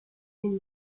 been